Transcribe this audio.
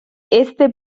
este